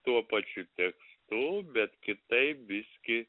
tuo pačiu tekstu bet kitaip biskį